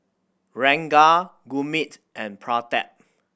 Ranga Gurmeet and Pratap